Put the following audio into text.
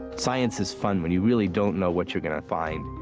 science is fun when you really don't know what you're going to find.